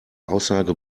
aussage